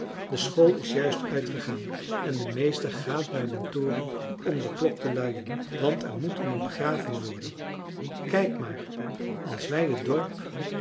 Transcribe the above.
de school is juist uitgegaan en de meester gaat naar den toren om de klok te luien want er moet iemand begraven worden kijk maar als wij het dorp